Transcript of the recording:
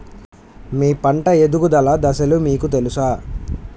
మీ పంట ఎదుగుదల దశలు మీకు తెలుసా?